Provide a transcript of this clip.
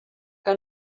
que